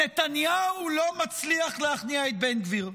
נתניהו לא מצליח להכניע את בן גביר.